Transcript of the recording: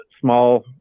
small